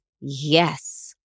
Yes